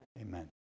Amen